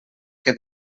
què